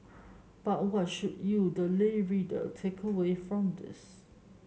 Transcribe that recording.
but what should you the lay reader take away from this